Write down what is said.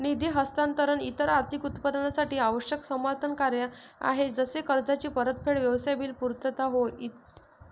निधी हस्तांतरण इतर आर्थिक उत्पादनांसाठी आवश्यक समर्थन कार्य आहे जसे कर्जाची परतफेड, व्यवसाय बिल पुर्तता होय ई